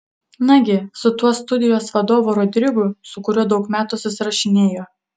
nagi su tuo studijos vadovu rodrigu su kuriuo daug metų susirašinėjo